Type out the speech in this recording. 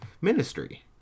ministry